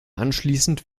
anschließend